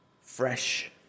Fresh